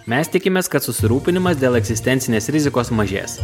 mes tikimės kad susirūpinimas dėl egzistencinės rizikos mažės